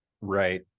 Right